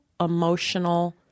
emotional